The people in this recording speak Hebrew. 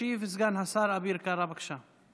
ישיב סגן השר אביר קארה, בבקשה.